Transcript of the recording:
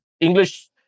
English